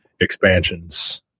expansions